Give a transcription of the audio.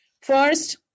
First